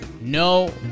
No